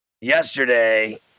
yesterday